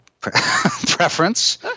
preference